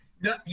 No